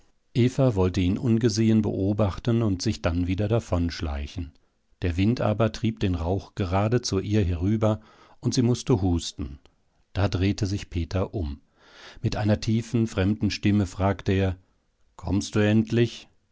eva wollte ihn ungesehen beobachten und sich dann wieder davonschleichen der wind aber trieb den rauch gerade zu ihr herüber und sie mußte husten da drehte sich peter um mit einer tiefen fremden stimme fragte er kommst du endlich